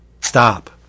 Stop